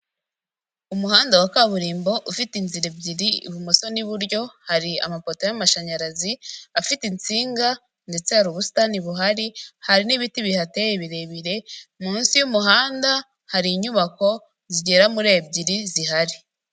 Umuhanda wa kaburimbo ufite inzira ebyiri ibumoso n'iburyo, hari amapoto y'amashanyarazi afite insinga ndetse hari ubusitani buhari, hari n'ibiti bihateye birebire, munsi y'umuhanda hari inyubako zigera muri ebyiri zihari.